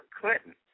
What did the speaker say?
Clinton